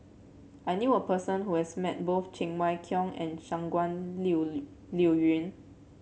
I knew a person who has met both Cheng Wai Keung and Shangguan Liuyun